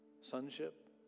sonship